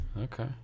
okay